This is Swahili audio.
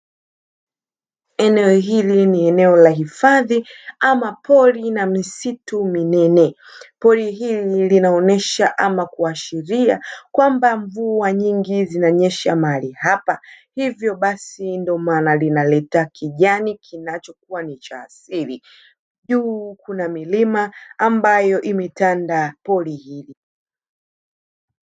Eneo hili ni eneo la hifadhi, ama pori na misitu minene. Pori hili linaonesha ama kuashiria kwamba mvua nyingi zinanyesha mahali hapa, hivyo basi ndio maana linaleta kijani kinachokuwa ni cha asili. Juu kuna milima ambayo imetanda pori hili.